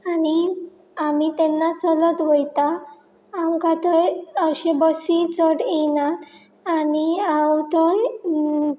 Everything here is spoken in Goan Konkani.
आनी आमी तेन्ना चलत वयता आमकां थंय अशी बसी चड येनात आनी हांव थंय